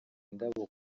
indabo